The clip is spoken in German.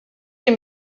den